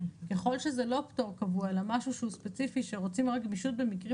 ככל שזה לא פטור קבוע אלא משהו שהוא ספציפי שרוצים רק גמישות במקרים